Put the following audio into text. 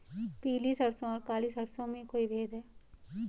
पीली सरसों और काली सरसों में कोई भेद है?